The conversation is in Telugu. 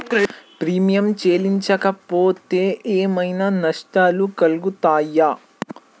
ప్రీమియం చెల్లించకపోతే ఏమైనా నష్టాలు కలుగుతయా?